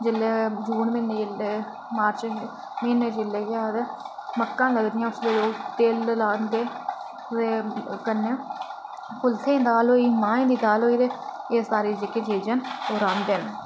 जिसले मार्च म्हीने जिसलै मक्कां लगदियां उसलै तिल लांदे ते कन्नै कुल्थें दी दाल होई माहें दी दाल होई ते एह् सारियां जेह्कियां चीजां रांह्दे न